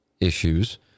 issues